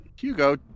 Hugo